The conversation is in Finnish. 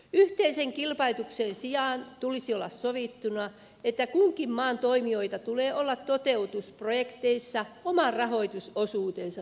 yhteisen kilpailutuksen sijaan tulisi olla sovittuna että kunkin maan toimijoita tulee olla toteutusprojekteissa oman rahoitusosuutensa suhteessa